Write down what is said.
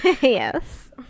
yes